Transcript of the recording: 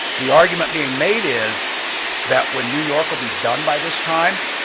the argument being made is that when new york will be done by this time,